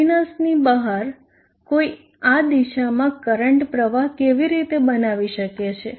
ટર્મિનલની બહાર કોઈ આ દિશામાં કરંટનો પ્રવાહ કેવી રીતે બનાવી શકે છે